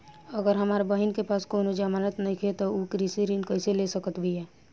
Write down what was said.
अगर हमार बहिन के पास कउनों जमानत नइखें त उ कृषि ऋण कइसे ले सकत बिया?